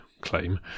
claim